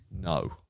no